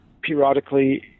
periodically